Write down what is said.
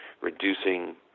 reducing